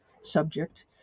subject